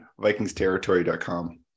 vikingsterritory.com